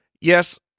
yes